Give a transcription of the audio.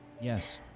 Yes